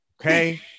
Okay